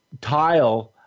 tile